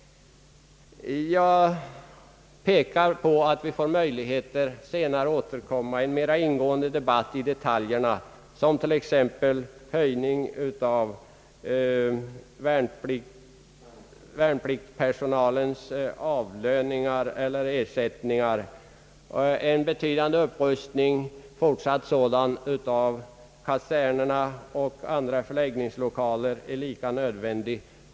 Vi får möjlighet att senare återkomma i en mera ingående debatt beträffande detaljerna, som t.ex. höjning av värnpliktspersonalens avlöningar eller ersättningar. En betydande fortsatt upprustning av kaserner och andra förläggningslokaler är lika nödvändig.